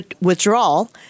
withdrawal